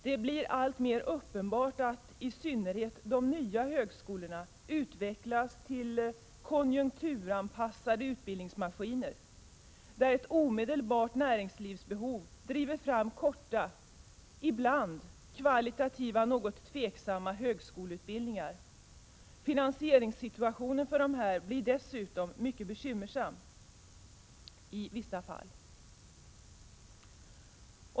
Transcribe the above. Det blir alltmer uppenbart att i synnerhet de nya högskolorna utvecklas till konjunkturanpassande utbildningsmaskiner, där ett omedelbart näringslivsbehov driver fram korta och ibland kvalitativt tvivelaktiga högskoleutbildningar. Finansieringen av dessa blir dessutom mycket bekymmersam i vissa fall.